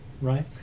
right